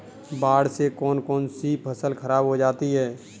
बाढ़ से कौन कौन सी फसल खराब हो जाती है?